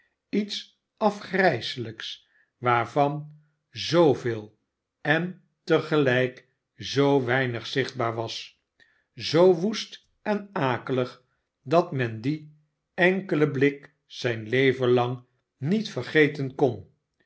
iets afgrijselijks waarvan zooveel en tegelijk zoo weinig zichtbaar was zoo woest en akelig dat men dien enkelen blik zijn leven lang niet vergeten kon